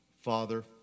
Father